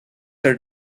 her